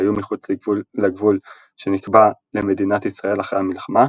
והיו מחוץ לגבול שנקבע למדינת ישראל אחרי המלחמה,